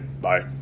bye